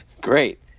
Great